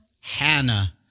Hannah